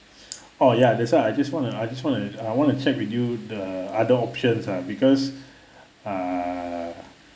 orh ya that's why I just want to I just want to I want to check with you the other options uh because err